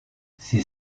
sie